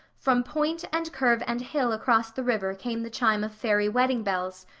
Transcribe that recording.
from point and curve and hill across the river came the chime of fairy wedding bells,